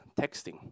texting